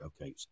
okay